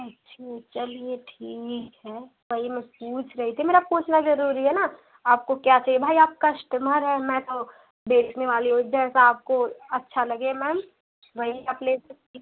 अच्छा चलिए ठीक है वही मैं पूछ रही थी मेरा पूछना जरूरी है न आपको क्या चहिए भाई आप कस्टमर हैं मैं तो बेचने वाली हूँ जैसा आपको अच्छा लगे मैम वही आप ले सकती